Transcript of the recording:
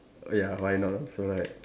ya why not also right